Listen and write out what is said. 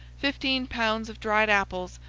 fifteen pounds of dried apples,